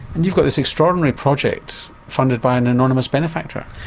and you've got this extraordinary project funded by an anonymous benefactor.